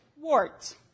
wart